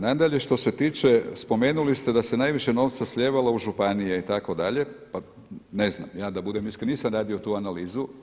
Nadalje, što se tiče spomenuli ste da se najviše novca slijevalo u županije itd. pa ne znam, ja da budem iskren nisam radio tu analizu.